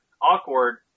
awkward